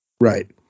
right